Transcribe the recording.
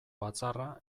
batzarra